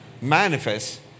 manifest